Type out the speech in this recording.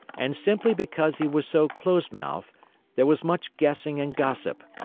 and simply because he was so close-mouthed there was much guessing and gossip,